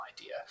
idea